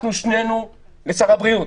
הלכנו שנינו לשר הבריאות,